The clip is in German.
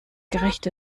gerecht